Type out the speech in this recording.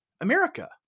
America